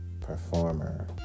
performer